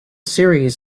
series